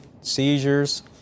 seizures